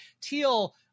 Teal –